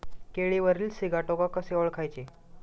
केळीवरील सिगाटोका कसे ओळखायचे?